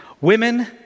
Women